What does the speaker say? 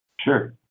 Sure